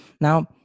Now